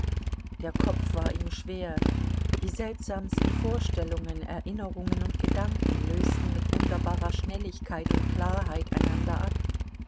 der kopf war ihm schwer die seltsamsten vorstellungen erinnerungen und gedanken lösten mit wunderbarer schnelligkeit und klarheit einander ab